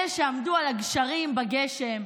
אלה שעמדו על הגשרים בגשם,